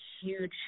huge